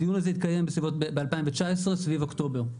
הדיון הזה התקיים ב-2019, סביב אוקטובר.